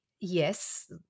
Yes